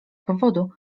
powodu